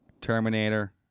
Terminator